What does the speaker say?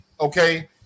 okay